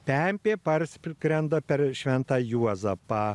pempė parskrenda per šventą juozapą